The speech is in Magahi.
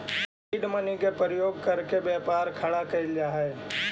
सीड मनी के प्रयोग करके व्यापार खड़ा कैल जा हई